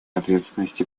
ответственности